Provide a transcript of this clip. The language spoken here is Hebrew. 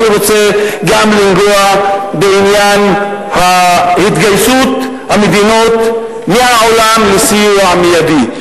אני רוצה גם לנגוע בעניין התגייסות המדינות מהעולם לסיוע מיידי.